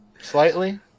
Slightly